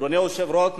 אדוני היושב-ראש,